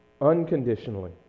Unconditionally